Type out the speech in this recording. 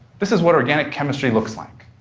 this is what organic chemistry looks like.